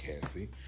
Cassie